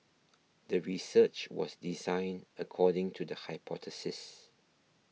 the research was designed according to the hypothesis